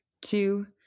two